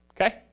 okay